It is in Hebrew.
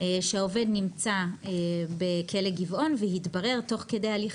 שהעובד נמצא בכלא גבעון והתברר תוך כדי הליך